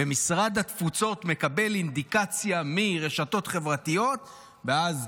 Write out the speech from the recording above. ומשרד התפוצות מקבל אינדיקציה מרשתות חברתיות ואז,